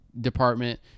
department